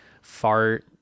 fart